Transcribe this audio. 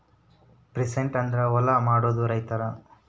peasant ಅಂದ್ರ ಹೊಲ ಮಾಡೋ ರೈತರು